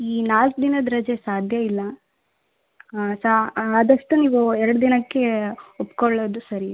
ಈ ನಾಲ್ಕು ದಿನದ ರಜೆ ಸಾಧ್ಯ ಇಲ್ಲ ಸಾ ಆದಷ್ಟು ನೀವು ಎರಡು ದಿನಕ್ಕೆ ಒಪ್ಪಿಕೊಳ್ಳೋದು ಸರಿ